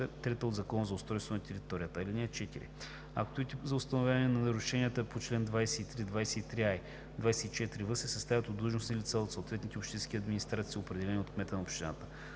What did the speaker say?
трета от Закона за устройството на територията. (4) Актовете за установяване на нарушенията по чл. 23, 23а и 24в се съставят от длъжностни лица от съответните общински администрации, определени от кмета на общината.